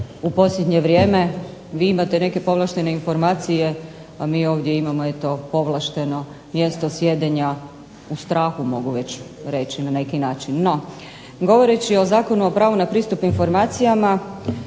U posljednje vrijeme vi imate neke povlaštene informacije, a mi ovdje imamo povlašteno mjesto sjedenja u strahu mogu već reći na neki način. No, govoreći o Zakonu o pravu na pristup informacijama